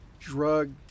drug